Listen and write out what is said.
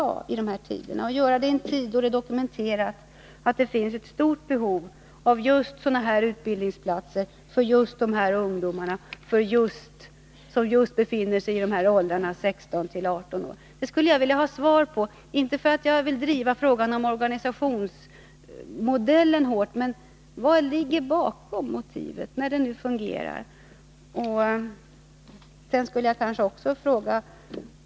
Vad är det för mening med att göra det i en tid, då det är dokumenterat att det finns ett stort behov av just sådana här utbildningsplatser för just dessa ungdomar, som befinner sig just i åldern 16-18 år? Det skulle jag vilja ha svar på. Jag vill inte driva frågan om själva organisationsmodellen hårt, utan jag vill veta vilket motiv som ligger bakom.